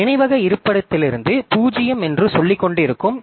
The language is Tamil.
நினைவக இருப்பிடத்திலிருந்து 0 என்று சொல்லிக்கொண்டிருக்கிறோம்